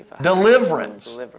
deliverance